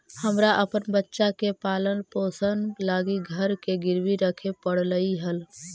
हमरा अपन बच्चा के पालन पोषण लागी घर के गिरवी रखे पड़लई हल